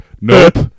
Nope